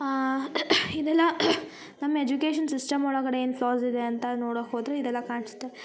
ಇದೆಲ್ಲ ನಮ್ಮ education system ಒಳಗಡೆ ಏನು ಫ್ಲಾಸ್ ಇದೆ ಅಂತ ನೋಡೋಕೆ ಹೋದರೆ ಇದೆಲ್ಲ ಕಾಣ್ಸತ್ತೆ ಅಂದರೆ